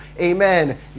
amen